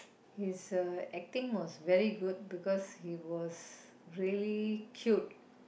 his uh acting was very good because he was really cute